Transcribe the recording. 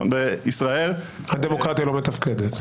בישראל --- הדמוקרטיה לא מתפקדת.